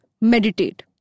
meditate